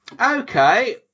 Okay